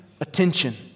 attention